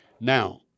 Now